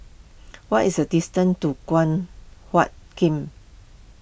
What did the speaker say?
what is the distance to Guan Huat Kiln